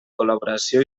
col·laboració